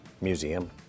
Museum